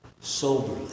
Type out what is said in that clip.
soberly